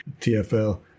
TFL